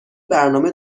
برنامه